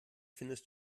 findest